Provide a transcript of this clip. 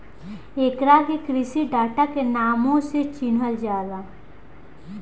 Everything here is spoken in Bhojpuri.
एकरा के कृषि डाटा के नामो से चिनहल जाला